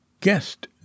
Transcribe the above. guest